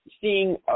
seeing